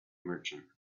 merchant